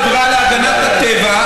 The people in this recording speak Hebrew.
אדם טבע ודין והחברה להגנת הטבע,